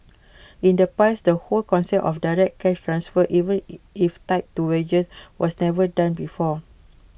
in the past that whole concept of direct cash transfers even if tied to wages was never done before